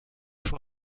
schon